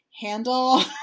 handle